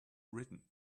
written